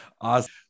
Awesome